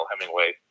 Hemingway